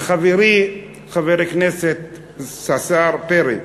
וחברי חבר הכנסת השר פרי,